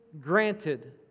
granted